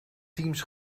teams